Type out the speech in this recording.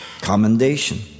commendation